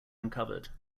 uncovered